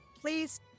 Please